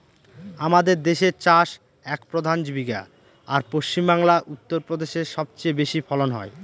আমাদের দেশের চাষ এক প্রধান জীবিকা, আর পশ্চিমবাংলা, উত্তর প্রদেশে সব চেয়ে বেশি ফলন হয়